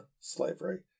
slavery